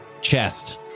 chest